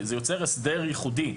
זה יוצר הסדר ייחודי,